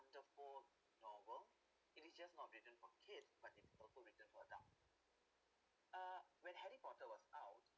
wonderful novel it is just not written for kids but it's also written for adult uh when harry potter was out